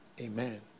Amen